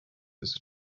its